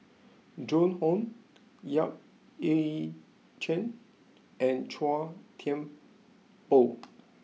Joan Hon Yap Ee Chian and Chua Thian Poh